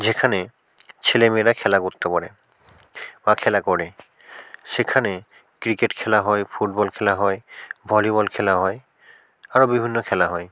যেখানে ছেলেমেয়েরা খেলা করতে পারে বা খেলা করে সেখানে ক্রিকেট খেলা হয় ফুটবল খেলা হয় ভলিবল খেলা হয় আরো বিভিন্ন খেলা হয়